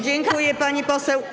Dziękuję, pani poseł.